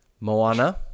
Moana